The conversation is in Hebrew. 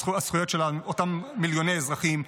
הזכויות של אותם מיליוני אזרחים,